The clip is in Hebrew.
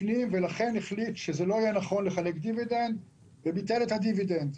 הפנים ולכן החליט שלא יהיה נכון לחלק דיבידנד וביטל את הדיבידנד.